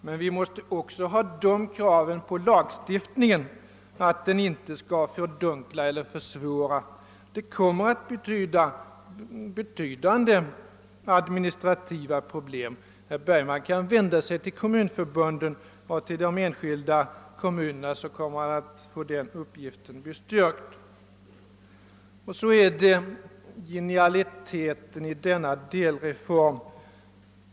Men vi måste ställa det kravet också på lagstiftningen, att den inte skall fördunkla eller försvåra. Det kommer att bli betydande administrativa problem. Herr Bergman kan vända sig till kommunförbunden eller enskilda kommuner för att få den uppgiften bestyrkt. Jag kommer så till den påstådda genialiteten i denna delreform.